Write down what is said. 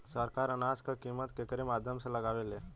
सरकार अनाज क कीमत केकरे माध्यम से लगावे ले?